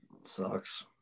Sucks